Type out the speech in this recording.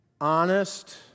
Honest